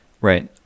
right